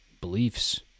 beliefs